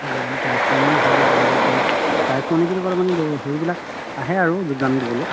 prize money বুলি ক'লেমানে সেইবিলাক আহে আৰু যোগদান দিবলৈ